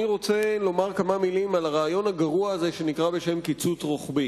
אני רוצה לומר כמה מלים על הרעיון הגרוע הזה שנקרא בשם קיצוץ רוחבי.